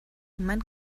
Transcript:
man